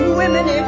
women